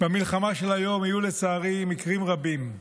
במלחמה של היום יהיו לצערי מקרים רבים.